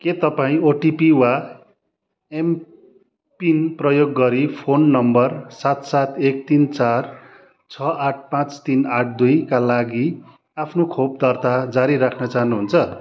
के तपाईँँ ओटिपी वा एमपिन प्रयोग गरी फोन नम्बर सात सात एक तिन चार छ आठ पाँच तिन आठ दुईका लागि आफ्नो खोप दर्ता जारी राख्न चाहनुहुन्छ